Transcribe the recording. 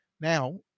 Now